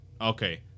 Okay